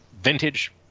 Vintage